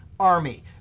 Army